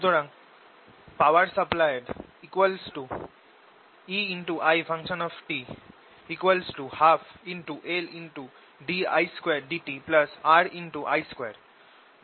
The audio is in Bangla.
সুতরাং power supplied EIt 12Lddt RI2